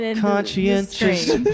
conscientious